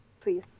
please